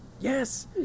Yes